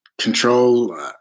Control